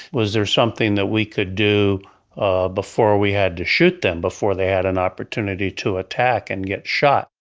was there something that we could do ah before we had to shoot them before they had an opportunity to attack and get shot?